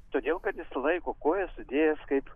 todėl kad jis laiko kojas sudėjęs kaip